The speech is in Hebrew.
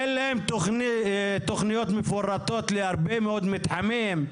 אין להם תוכניות מפורטות להרבה מאוד מתחמים.